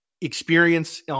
experience